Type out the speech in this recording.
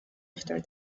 after